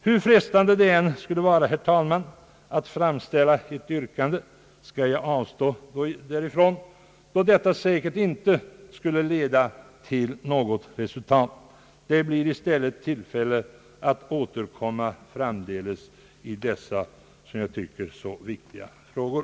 Hur frestande det än är, herr talman, att framställa ett yrkande skall jag avstå från detta då det säkert inte kan leda till något resultat. Det blir i stället tillfälle att framdeles återkomma i dessa som jag tycker så viktiga frågor.